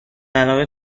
علاقه